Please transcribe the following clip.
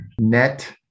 net